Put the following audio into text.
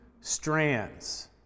strands